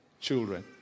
children